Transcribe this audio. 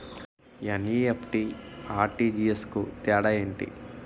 NEFT, RTGS కు తేడా ఏంటి?